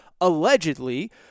allegedly